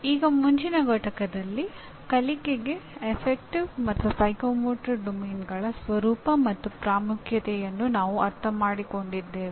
ಈಗ ಮುಂಚಿನ ಪಠ್ಯದಲ್ಲಿ ಕಲಿಕೆಗೆ ಗಣನ ಮತ್ತು ಮನೋಪ್ರೇರಣಾ ಕಾರ್ಯಕ್ಷೇತ್ರಗಳ ಸ್ವರೂಪ ಮತ್ತು ಪ್ರಾಮುಖ್ಯತೆಯನ್ನು ನಾವು ಅರ್ಥಮಾಡಿಕೊಂಡಿದ್ದೇವೆ